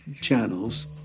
channels